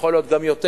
יכול להיות גם יותר,